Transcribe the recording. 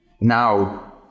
now